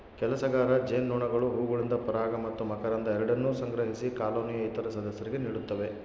ಕೆಲಸಗಾರ ಜೇನುನೊಣಗಳು ಹೂವುಗಳಿಂದ ಪರಾಗ ಮತ್ತು ಮಕರಂದ ಎರಡನ್ನೂ ಸಂಗ್ರಹಿಸಿ ಕಾಲೋನಿಯ ಇತರ ಸದಸ್ಯರಿಗೆ ನೀಡುತ್ತವೆ